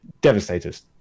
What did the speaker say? Devastator's